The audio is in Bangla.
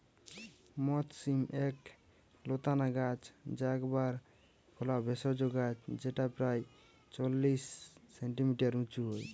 মথ শিম এক লতানা গাছ যা একবার ফলা ভেষজ গাছ যেটা প্রায় চল্লিশ সেন্টিমিটার উঁচু হয়